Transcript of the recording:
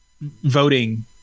voting